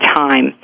time